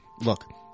Look